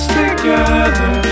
together